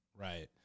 Right